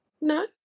No